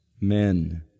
men